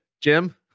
Jim